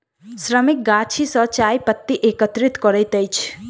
श्रमिक गाछी सॅ चाय पत्ती एकत्रित करैत अछि